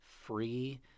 free